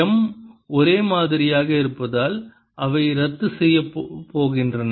M ஒரே மாதிரியாக இருப்பதால் அவை ரத்து செய்யப் போகின்றன